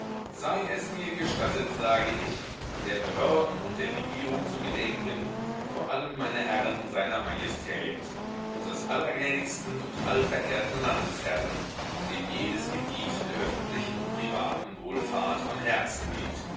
sei es mir gestattet sage ich der behörden und der regierung zu gedenken vor allem meine herren seiner majestät unsers allergnädigsten und allverehrten landesherrn dem jedes gebiet der öffentlichen und privaten wohlfahrt am herzen liegt